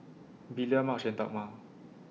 Belia Madge and Dagmar